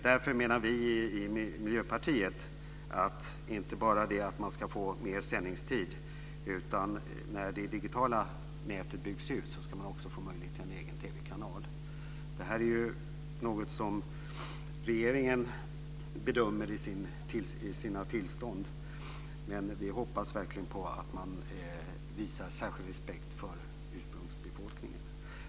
Därför menar vi i Miljöpartiet att man inte bara ska få mer sändningstid. När det digitala nätet byggs ut ska man också få möjlighet till en egen TV-kanal. Det här är något som regeringen bedömer i sina tillstånd, men vi hoppas verkligen att man visar särskild respekt för ursprungsbefolkningen.